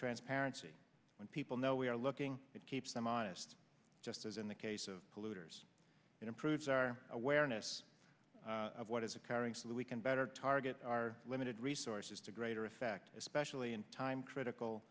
transparency when people know we are looking it keeps them honest just as in the case of polluters improves our awareness of what is occurring so that we can better target our limited resources to greater effect especially in time critical